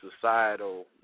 societal